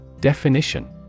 Definition